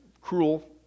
cruel